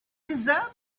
deserve